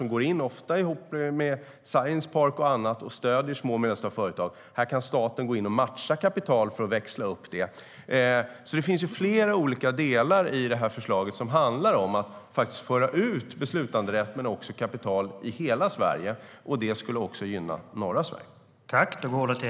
De går in, ofta ihop med en science park och andra, och stöder små och medelstora företag. Här kan staten gå in och matcha kapital, för att växla upp det. Flera olika delar i förslaget handlar alltså om att föra ut beslutanderätt men också kapital i hela Sverige. Det skulle gynna också norra Sverige.